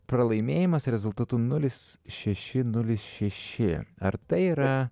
pralaimėjimas rezultatunulis šeši nulis šeši ar tai yra